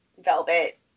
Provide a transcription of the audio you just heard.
velvet